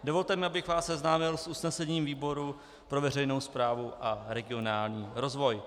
Dovolte mi, abych vás seznámil s usnesením výboru pro veřejnou správu a regionální rozvoj.